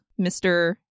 mr